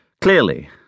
Clearly